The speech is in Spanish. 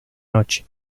noche